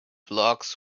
blocks